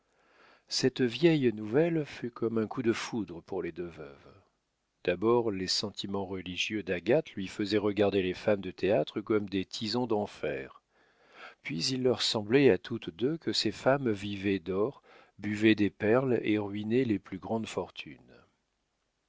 cette vieille nouvelle fut comme un coup de foudre pour les deux veuves d'abord les sentiments religieux d'agathe lui faisaient regarder les femmes de théâtre comme des tisons d'enfer puis il leur semblait à toutes deux que ces femmes vivaient d'or buvaient des perles et ruinaient les plus grandes fortunes